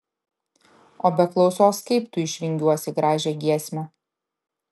o be klausos kaip tu išvingiuosi gražią giesmę